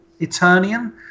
Eternian